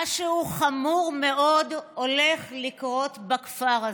משהו חמור מאוד הולך לקרות בכפר הזה.